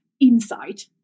insight